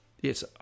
Yes